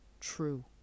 true